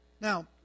Now